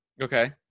Okay